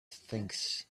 things